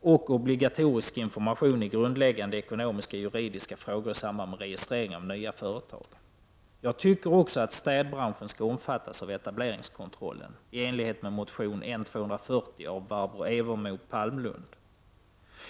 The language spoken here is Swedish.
och obligatorisk information i grundläggande ekonomiska och juridiska frågor i samband med registrering av nya företag. Även städbranschen bör enligt min mening omfattas av etableringskontrollen i enlighet med motion nr 240 av Barbro Evermo Palmerlund.